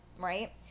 right